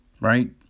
right